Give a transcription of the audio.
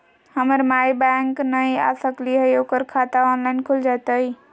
हमर माई बैंक नई आ सकली हई, ओकर खाता ऑनलाइन खुल जयतई?